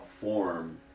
form